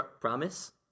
promise